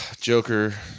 Joker